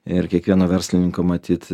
ir kiekvieno verslininko matyt